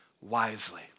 wisely